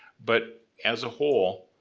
but as a whole,